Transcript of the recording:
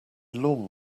lawn